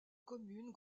communes